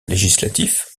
législatif